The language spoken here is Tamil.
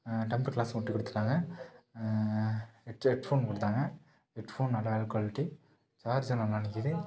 டெம்பர் கிளாஸும் ஒட்டிக் கொடுத்துட்டாங்க நெஸ்ட்டு ஹெட்ஃபோன் கொடுத்தாங்க ஹெட்ஃபோன் நல்லா வெல் குவாலிட்டி சார்ஜூம் நல்லா நிக்குது